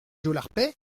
jolarpet